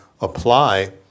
apply